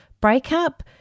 breakup